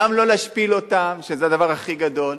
גם לא להשפיל אותם, שזה הדבר הכי גדול,